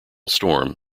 storm